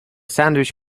sandwich